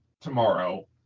tomorrow